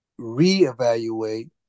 reevaluate